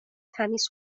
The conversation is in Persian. تمیز